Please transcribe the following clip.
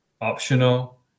optional